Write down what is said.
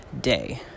day